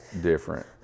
different